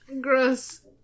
Gross